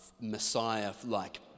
Messiah-like